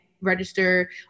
register